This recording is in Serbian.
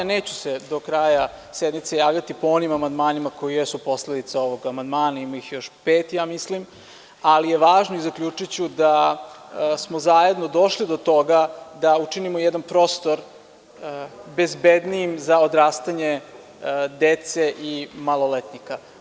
Neću se do kraja sednice javljati po onim amandmanima koji jesu posledica ovog amandman, ima ih još pet, ja mislim, ali je važno i zaključiću da smo zajedno došli do toga da učinimo jedan prostor bezbednijim za odrastanje dece i maloletnika.